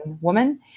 woman